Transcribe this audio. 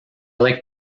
like